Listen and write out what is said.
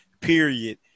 Period